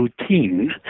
routine